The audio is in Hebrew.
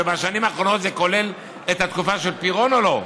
"בשנים האחרונות" זה כולל את התקופה של פירון או לא?